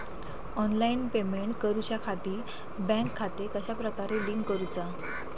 Online payment करुच्याखाती bank खाते कश्या प्रकारे लिंक करुचा?